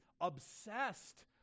obsessed